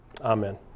amen